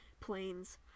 planes